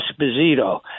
esposito